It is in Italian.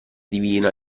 divina